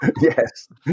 yes